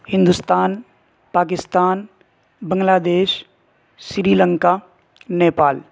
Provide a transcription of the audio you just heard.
Hindustan Pakistan Bangladesh Sri Lanka Nepal